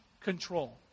control